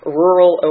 rural